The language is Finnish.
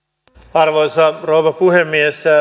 arvoisa rouva puhemies